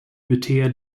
beter